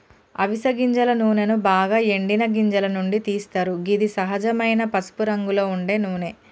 అవిస గింజల నూనెను బాగ ఎండిన గింజల నుండి తీస్తరు గిది సహజమైన పసుపురంగులో ఉండే నూనె